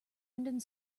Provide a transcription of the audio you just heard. ending